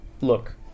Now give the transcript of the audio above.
Look